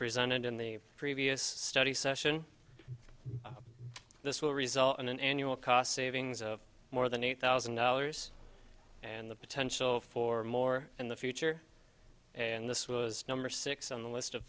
presented in the previous study session this will result in an annual cost savings of more than eight thousand dollars and the potential for more in the future and this was number six on the list of